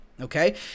Okay